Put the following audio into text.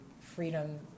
freedom